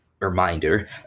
reminder